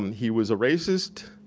he was a racist.